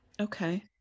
Okay